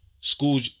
school